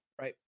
right